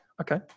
Okay